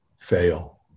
fail